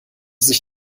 sich